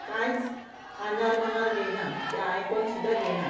कांयच कानार मनार घेयना तें आयकोन सुद्दां घेयना